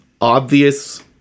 obvious